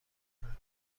کنن